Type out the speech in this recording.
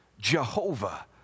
Jehovah